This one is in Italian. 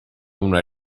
una